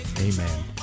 Amen